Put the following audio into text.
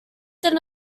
then